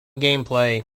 gameplay